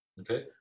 Okay